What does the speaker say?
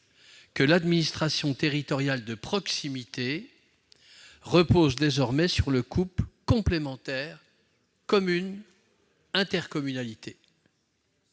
que l'administration territoriale de proximité repose désormais sur le couple complémentaire communes-intercommunalité.